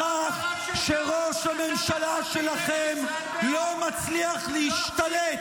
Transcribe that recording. בכך שראש הממשלה שלכם לא מצליח להשתלט